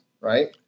right